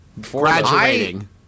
Graduating